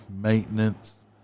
maintenance